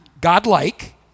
God-like